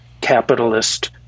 capitalist